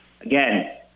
Again